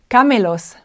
Camelos